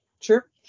sure